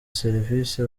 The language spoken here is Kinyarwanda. serivisi